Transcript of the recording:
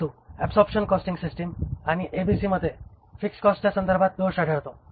परंतु absorption costing system आणि एबीसीमध्ये फिक्स्ड कॉस्टच्या संदर्भात दोष आढळतो